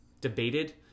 debated